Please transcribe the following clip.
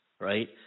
right